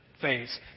phase